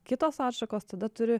kitos atšakos tada turi